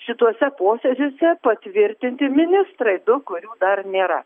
šituose posėdžiuose patvirtinti ministrai du kurių dar nėra